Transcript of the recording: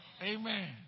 Amen